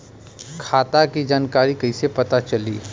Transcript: खाता के जानकारी कइसे पता चली?